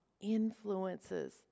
influences